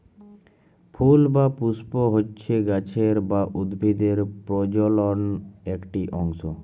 ফুল বা পুস্প হচ্যে গাছের বা উদ্ভিদের প্রজলন একটি অংশ